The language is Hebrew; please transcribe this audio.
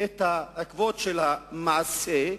את עקבות המעשה,